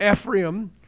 Ephraim